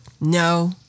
No